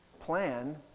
plan